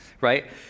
right